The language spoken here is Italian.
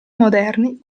moderni